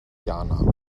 jana